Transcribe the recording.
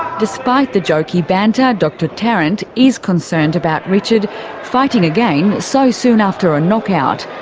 despite the jokey banter, dr tarrant is concerned about richard fighting again so soon after a knockout.